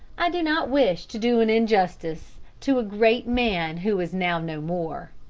i do not wish to do an injustice to a great man who is now no more,